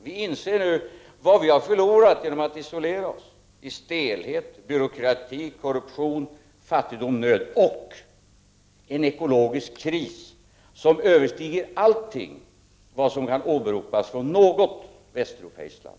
De säger att de nu inser vad de har förlorat genom att isolera sig i stelhet, byråkrati, korruption, fattigdom, nöd och en ekologisk kris som överstiger allt som kan åberopas från något västeuropeiskt land.